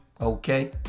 Okay